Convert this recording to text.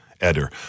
Eder